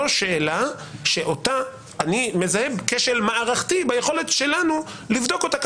זו שאלה שאותה אני מזהה ככשל מערכתי ביכולת שלנו לבדוק אותה.